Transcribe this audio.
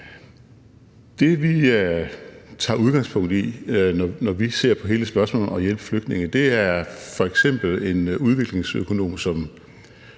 Det, vi tager udgangspunkt i, når vi ser på hele spørgsmålet om at hjælpe flygtninge, er f.eks. en udviklingsøkonom som